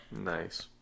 Nice